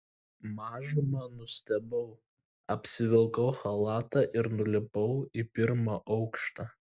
mažumą nustebau apsivilkau chalatą ir nulipau į pirmą aukštą